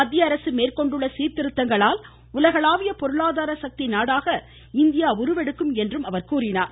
மத்தியஅரசு மேற்கொண்டுள்ள சீர்திருத்தங்களால் உலகளாவிய பொருளாதார சக்தி நாடாக இந்தியா உருவெடுக்கும் என்றும் அவர் தெரிவித்தார்